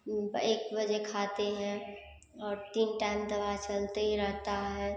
एक बजे खाते हैं और तीन टाइम दवा चलते रहता है